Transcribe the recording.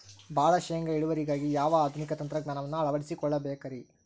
ಭಾಳ ಶೇಂಗಾ ಇಳುವರಿಗಾಗಿ ಯಾವ ಆಧುನಿಕ ತಂತ್ರಜ್ಞಾನವನ್ನ ಅಳವಡಿಸಿಕೊಳ್ಳಬೇಕರೇ?